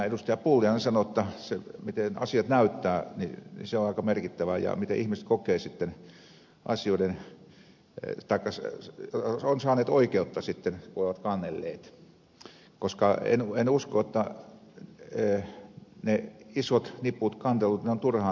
pulliainen sanoi jotta se miten asiat näyttää on aika merkittävää ja miten ihmiset ovat saaneet oikeutta sitten kun ovat kannelleet koska en usko jotta ne isot niput kantelut on turhaan tehty